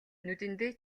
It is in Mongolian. нүдэндээ